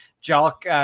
Jock